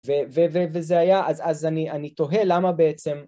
וזה היה, אז אני תוהה למה בעצם...